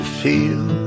feel